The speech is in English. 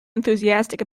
enthusiastic